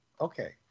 okay